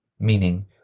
meaning